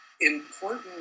important